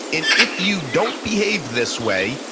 and if you don't behave this way,